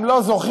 הם לא זוכים